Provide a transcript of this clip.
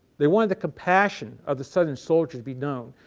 they wanted the compassion of the southern soldier to be known.